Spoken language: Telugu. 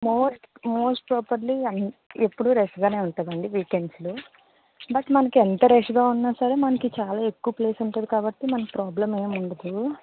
మోర్ మోస్ట్ ప్రాబబ్లి ఎప్పుడు రష్గానే ఉంటుందండి వీకెండ్స్లో బట్ మనకి ఎంత రష్గా ఉన్నాసరే మనకి చాల ఎక్కువ ప్లేస్ ఉంటుంది కాబట్టి మనకి ప్రాబ్లమ్ ఏం ఉండదు